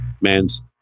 man's